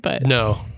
No